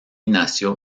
nació